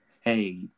hey